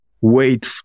wait